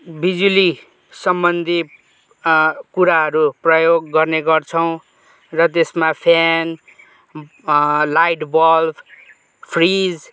बिजुली सम्बन्धी कुराहरू प्रयोग गर्ने गर्छौँ र त्यसमा फेन लाइट बल्ब फ्रिज